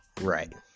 right